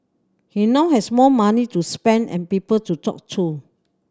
he now has more money to spend and people to talk to